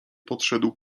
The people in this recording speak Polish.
podszedł